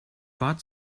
bought